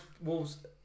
wolves